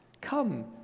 Come